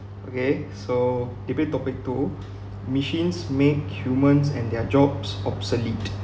okay so debate topic two machines make humans and their jobs obsolete